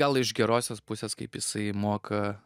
gal iš gerosios pusės kaip jisai moka